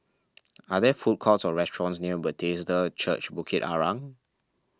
are there food courts or restaurants near Bethesda Church Bukit Arang